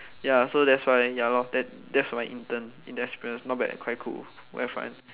ya so that's why ya loh that's my intern experience not bad quite cool quite fun